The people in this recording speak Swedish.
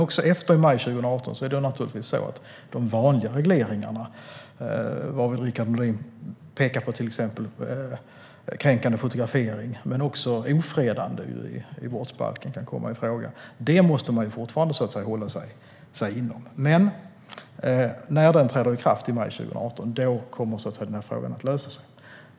Också efter maj 2018 måste man naturligtvis hålla sig inom de vanliga regleringarna, varav Rickard Nordin pekar på till exempel kränkande fotografering. Också ofredande enligt brottsbalken kan komma i fråga. När förordningen träder i kraft i maj 2018 kommer frågan att lösa sig.